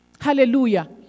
Hallelujah